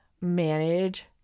manage